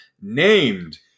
named